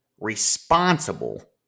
responsible